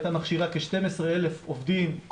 הכול